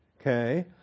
Okay